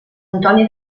antoni